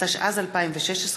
התשע"ז 2016,